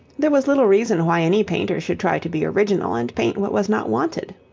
there was little reason why any painter should try to be original and paint what was not wanted.